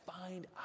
find